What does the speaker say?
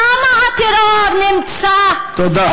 שם הטרור נמצא, תודה.